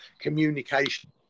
communication